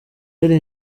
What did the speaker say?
yari